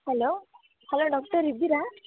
hello hello doctor ಇದ್ದೀರಾ